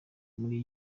kuri